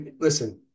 listen